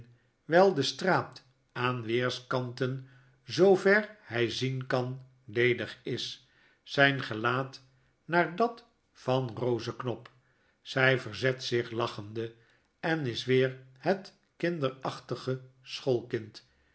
wyl de straat aan weerskanten zoo ver by zien kan ledig is zijn gelaat naar dat van kozeknop zy verzet zich lachende en is weer hetkinderacbtige schoolkind